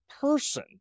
person